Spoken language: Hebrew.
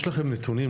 יש לכם נתונים,